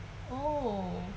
oh